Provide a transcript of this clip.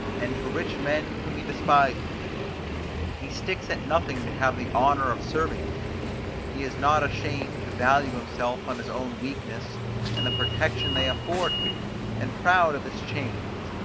and to rich men whom he despises he sticks at nothing to have the honour of serving them he is not ashamed to value himself on his own weakness and the protection they afford him and proud of his chains,